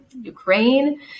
Ukraine